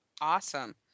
Awesome